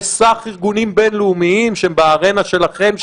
יש סך ארגונים בין-לאומיים שהם בארנה שלכם,